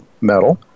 metal